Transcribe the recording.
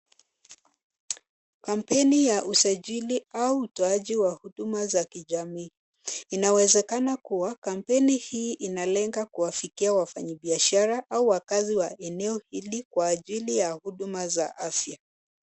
Kampeni ya usajili au utoaji wa huduma za kijamii. Inawezekana kuwa kampeni hii inalenga kuwafikia wafanyabiashara au wakaaji wa eneo hili kwa ajili ya huduma za afya.